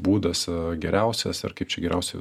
būdas geriausias ir kaip čia geriausia